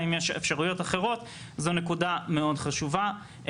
האם יש אפשרויות אחרות, זו נקודה מאוד חשובה.